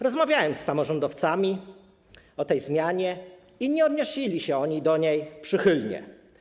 Rozmawiałem z samorządowcami o tej zmianie i nie odnosili się oni do niej przychylnie.